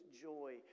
joy